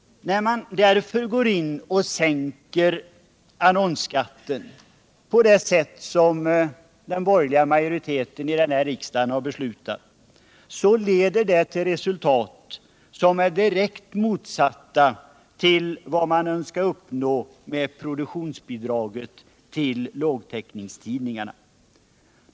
När man därför sänker annonsskatten på det sätt som den borgerliga majoriteten i riksdagen beslutat, leder det till ett resultat som är direkt motsatt det man avsett med produktionsbidraget till lågtäckningstidningarna.